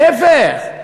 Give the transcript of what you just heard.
להפך.